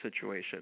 situation